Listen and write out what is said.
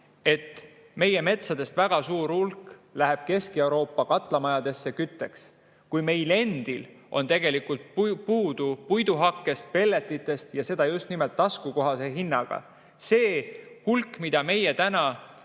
et meie metsadest väga suur hulk läheb Kesk-Euroopa katlamajadesse kütteks, samal ajal kui meil endil on tegelikult puudu puiduhakkest ja pelletist, seda just nimelt taskukohase hinnaga. Selle, mida meie täna